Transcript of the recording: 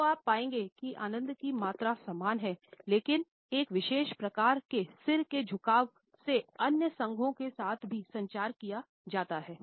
तो आप पाएंगे कि आनंद की मात्रा समान है लेकिन एक विशेष प्रकार के सिर के झुकाव से अन्य संघों के साथ भी संचार किया जाता है